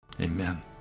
Amen